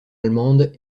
allemande